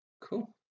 Cool